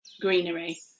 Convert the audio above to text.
greenery